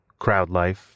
CrowdLife